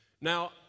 Now